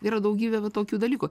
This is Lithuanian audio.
yra daugybė va tokių dalykų